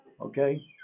okay